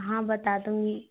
हाँ बता दूँगी